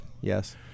Yes